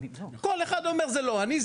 כול אחד אומר זה לא אני...